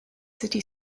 city